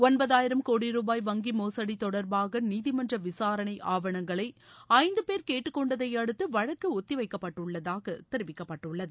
ஒன்பதாயிரம் கோடி ரூபாய் வங்கி மோசடி தொடர்பாக நீதிமன்ற விசாரணை ஆவனங்களை ஐந்து பேர் கேட்டுக்கொண்டதையடுத்து வழக்கு ஒத்தி வைக்கப்பட்டுள்ளதாக தெரிவிக்கப்பட்டுள்ளது